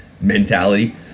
mentality